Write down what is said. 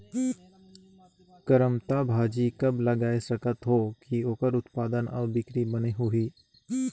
करमत्ता भाजी कब लगाय सकत हो कि ओकर उत्पादन अउ बिक्री बने होही?